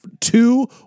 two